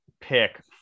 pick